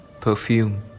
Perfume